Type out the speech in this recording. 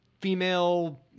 female